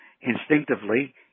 instinctively